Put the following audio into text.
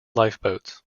lifeboats